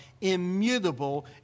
immutable